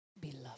beloved